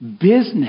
business